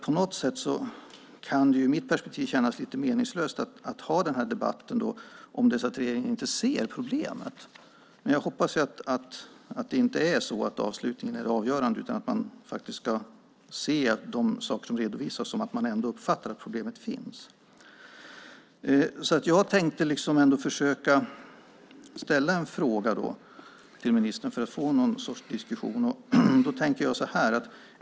På något sätt kan det ur mitt perspektiv kännas lite meningslöst att ha denna debatt om regeringen inte ser problemet. Men jag hoppas att det inte är så att avslutningen är avgörande utan att man ska se de saker som redovisas som att regeringen ändå uppfattar att problemet finns. Jag tänkte försöka ställa en fråga till ministern för att få någon sorts diskussion.